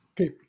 Okay